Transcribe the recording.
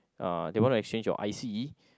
uh they want to exchange your I_C